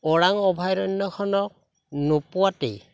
ওৰাং অভয়াৰণ্যখনক নোপোৱাতেই